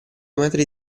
metri